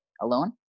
alone